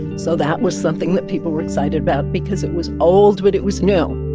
so that was something that people were excited about because it was old but it was new.